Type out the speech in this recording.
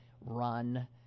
run